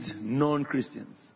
non-Christians